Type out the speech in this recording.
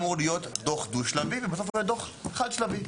היה אמור להיות דוח דו שלבי ובסוף היה דוח חד שלבי.